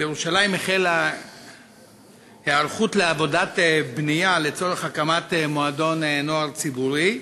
בירושלים החלה היערכות לעבודת בנייה לצורך הקמת מועדון נוער ציבורי.